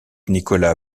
nicola